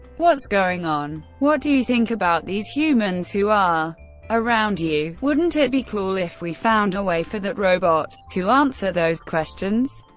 what's going on? what do you think about these humans who are around you wouldn't it be cool if we found a way for that robot to answer those questions?